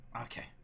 Okay